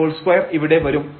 12 ഇവിടെ വരും